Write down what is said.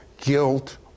guilt